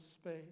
space